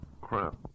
crap